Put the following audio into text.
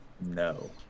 No